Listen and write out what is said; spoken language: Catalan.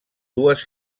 dues